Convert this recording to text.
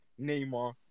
Neymar